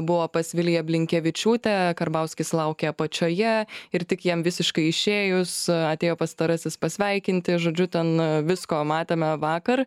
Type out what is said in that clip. buvo pas viliją blinkevičiūtę karbauskis laukė apačioje ir tik jam visiškai išėjus atėjo pastarasis pasveikinti žodžiu ten visko matėme vakar